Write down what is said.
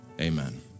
Amen